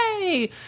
Yay